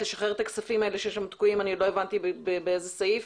לשחרר את הכספים האלה שתקועים שם ועוד לא הבנתי באיזה סעיף.